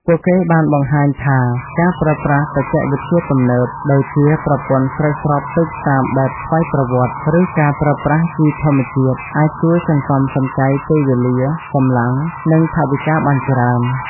ពួកគេបានបង្ហាញថាការប្រើប្រាស់បច្ចេកវិទ្យាទំនើប ដូចជាប្រព័ន្ធស្រោចស្រពទឹកតាមបែបស្វ័យប្រវត្តិ ឬការប្រើប្រាស់ជីធម្មជាតិអាចជួយសន្សំសំចៃពេលវេលា កម្លាំង និងថវិកាបានច្រើន។